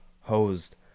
hosed